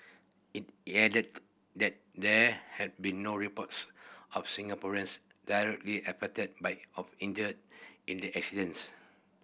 it it added that there had been no reports of Singaporeans directly affected by of injured in the incidents